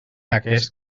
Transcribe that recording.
aquest